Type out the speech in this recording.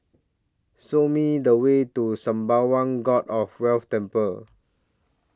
Show Me The Way to Sembawang God of Wealth Temple